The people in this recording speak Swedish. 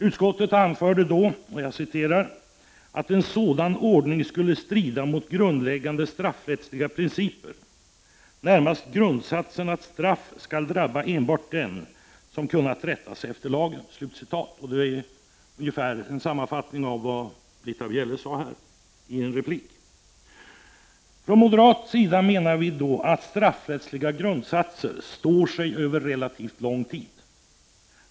Utskottet anförde då att en sådan ordning skulle strida mot grundläggande straffrättsliga principer, närmast grundsatsen att straff skall drabba enbart den som kunnat rätta sig efter lagen. — Detta är ungefär en sammanfattning av vad Britta Bjelle sade här i en replik. Från moderat sida menar vi att straffrättsliga grundsatser står sig över relativt lång tid.